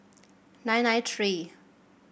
nine nine three